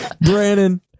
Brandon